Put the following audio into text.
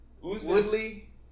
Woodley